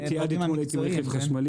עד אתמול הייתי עם רכב חשמלי,